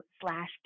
slash